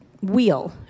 wheel